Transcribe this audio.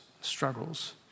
struggles